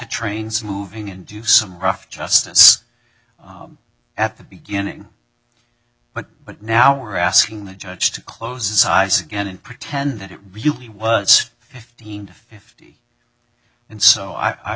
trains moving and do some rough justice at the beginning but but now we're asking the judge to close his eyes again and pretend that it really was fifteen to fifty and so i